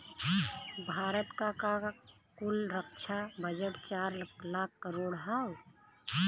भारत क कुल रक्षा बजट चार लाख करोड़ हौ